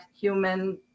human